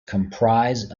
comprise